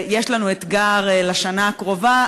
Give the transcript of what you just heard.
יש לנו אתגר לשנה הקרובה,